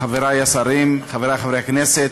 חברי השרים, חברי חברי הכנסת,